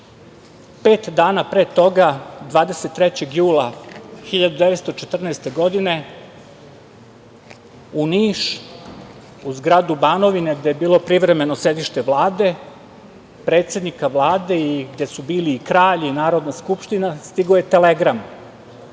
dana pre toga, 23. jula 1914. godine, u Niš, u zgradu Banovine, gde je bilo privremeno sedište Vlade, predsednika Vlade i gde su bili kralj i Narodna skupština, stigao je telegram,